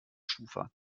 schufa